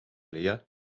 leia